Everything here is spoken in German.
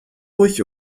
ruhig